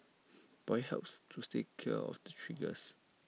but IT helps to steer clear of the triggers